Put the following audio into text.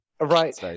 Right